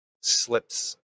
slips